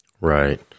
Right